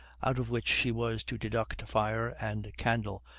out of which she was to deduct fire and candle,